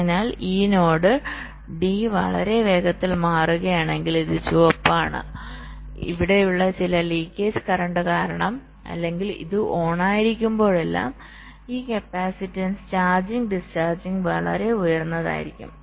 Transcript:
അതിനാൽ ഈ node D വളരെ വേഗത്തിൽ മാറുകയാണെങ്കിൽ ഇത് ചുവപ്പാണ് ഇവിടെയുള്ള ചില ലീക്കേജ് കറന്റ് കാരണം അല്ലെങ്കിൽ ഇത് ഓണായിരിക്കുമ്പോഴെല്ലാം ഈ കപ്പാസിറ്റൻസ് ചാർജിംഗ് ഡിസ്ചാർജിംഗ് വളരെ ഉയർന്നതായിരിക്കും